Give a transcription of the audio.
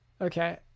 Okay